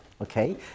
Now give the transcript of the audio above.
okay